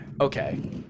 Okay